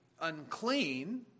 unclean